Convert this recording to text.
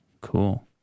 Cool